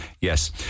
Yes